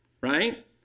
right